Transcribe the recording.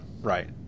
right